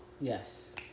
Yes